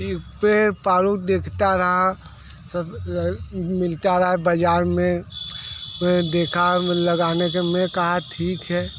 पेड़ पारूक देखता रहा मिलता रहा बज़ार मैं देखा लगाने के मैं कहा ठीक है